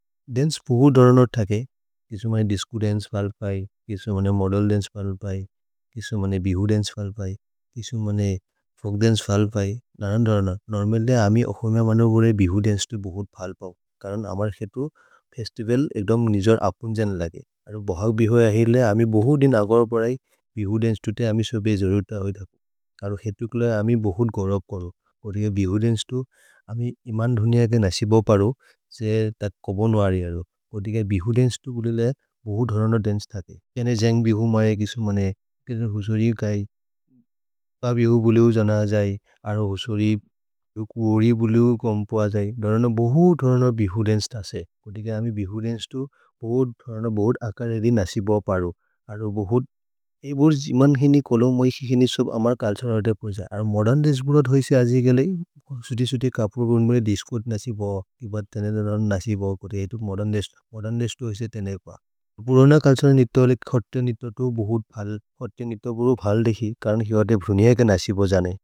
दन्चे बहुत् दरनर् थके किसु मने दिस्चो दन्चे फल् पय् किसु मने मोदेल् दन्चे। फल् पय् किसु मने बिहु दन्चे फल् पय् किसु मने। फोल्क् दन्चे फल् पय् नरन् दरनर् नोर्मल्दे अमि अहोम मनोगोरे बिहु दन्चे तु बहुत्। फल् पौ करन् अमर् खेतु फेस्तिवल् एक्दोम् निजोर्। आपुन् जन् लगे अरो बहग् बिहु है अहिर्ले अमि बहुत्। दिन् अगर् परय् बिहु दन्चे तु ते अमि सोबे जरुत होइ धकु करो। खेतु कुले अमि बहुत् गरब् करो पर्के बिहु दन्चे तु अमि इमन् धुनिय के नसिबौ परु कोति कै। भिहु दन्चे तु कुलेले बहुत् दरनर् दन्चे थके केने जन्ग् बिहु मये। किसु मने किरेन् हुसोरि कै बहु बिहु बुले हो जन अजै। अरो हुसोरि कोरि बुले हो कम् प अजै दरनर् बहुत् दरनर् बिहु दन्चे। थ से कोति कै अमि बिहु दन्चे तु बहुत् दरनर् बहुत् अकर् एदि। नसिबौ परु अरो बहुत् ए बोर् जिमन् हिनि कोलोम् मै हि हिनि सोबे अमर्। चुल्तुरे नाते परु ज अरो मोदेर्न् दन्चे गुरुद् होइसे। अजै गले सुति सुति कपुर् गुरुद् मेरे दिस्चोर्द् नसिबौ। किबर् तेने दरनर् नसिबौ कोति एतु मोदेर्न् दन्चे मोदेर्न् दन्चे तु होइसे। तेने प पुरोन चुल्तुरे नित वले खत्य नित तु बहुत् फल् खत्य नित। गुरुद् फल् देखि करन् हिवरे धुनिय के नसिबौ जने।